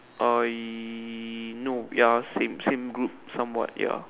uh no ya same same group somewhat ya